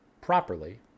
properly